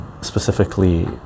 Specifically